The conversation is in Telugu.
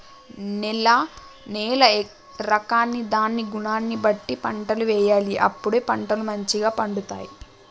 నేల రకాన్ని దాని గుణాన్ని బట్టి పంటలు వేయాలి అప్పుడే పంటలు మంచిగ పండుతాయి